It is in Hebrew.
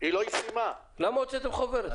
שהתקנות לא יצאו לפני שהרוויזיה